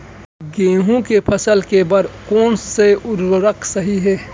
गेहूँ के फसल के बर कोन से उर्वरक सही है?